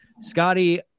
Scotty